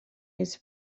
his